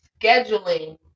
scheduling